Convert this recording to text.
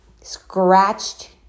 scratched